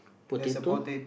potato